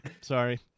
Sorry